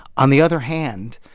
on the other hand,